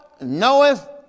knoweth